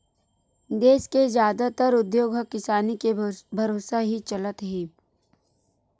देस के जादातर उद्योग ह किसानी के भरोसा ही चलत हे